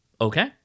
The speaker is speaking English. Okay